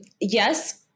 yes